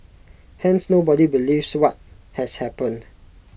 hence nobody believes what has happened